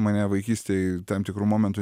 mane vaikystėj tam tikru momentu